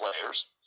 players